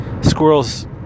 squirrels